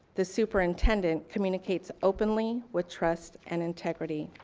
the superintendent communicates openly with trust and integrity,